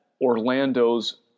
Orlando's